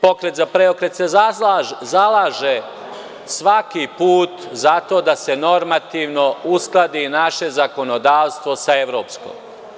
Pokret za preokret se zalaže svaki put za to da se normativno uskladi naše zakonodavstvo sa evropskim.